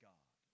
God